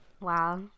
Wow